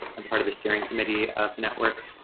and part of the steering committee of network,